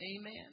amen